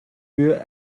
für